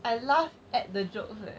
I laugh at the jokes leh